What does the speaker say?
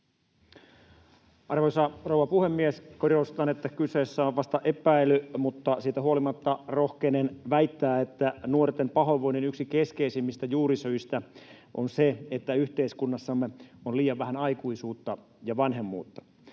Arvoisa rouva puhemies! Korostan, että kyseessä on vasta epäily, mutta siitä huolimatta rohkenen väittää, että nuorten pahoinvoinnin yksi keskeisimmistä juurisyistä on se, että yhteiskunnassamme on liian vähän aikuisuutta ja vanhemmuutta.